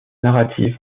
narrative